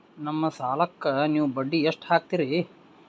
ನಮ್ಮ ಸಾಲಕ್ಕ ನೀವು ಬಡ್ಡಿ ಎಷ್ಟು ಹಾಕ್ತಿರಿ?